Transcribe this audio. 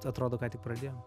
atrodo ką tik pradėjom